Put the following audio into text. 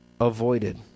avoided